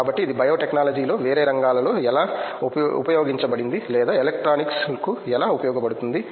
కాబట్టి ఇది బయోటెక్నాలజీలో వేరే రంగాలలో ఎలా ఉపయోగించబడింది లేదా ఎలక్ట్రానిక్స్ కు ఎలా ఉపయోగపడుతుంది